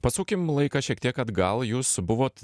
pasukim laiką šiek tiek atgal jūs buvot